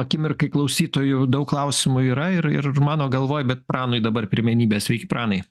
akimirkai klausytojų daug klausimų yra ir ir ir mano galvoj bet pranui dabar pirmenybė sveiki pranai